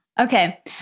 Okay